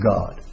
God